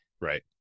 Right